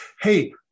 Hey